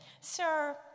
Sir